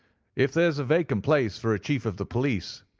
if there's a vacant place for a chief of the police,